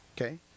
Okay